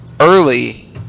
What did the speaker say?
early